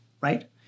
right